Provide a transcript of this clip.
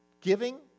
giving